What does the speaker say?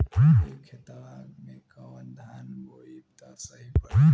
ए खेतवा मे कवन धान बोइब त सही पड़ी?